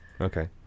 okay